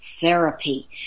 therapy